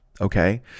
okay